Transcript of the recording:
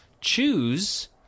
choose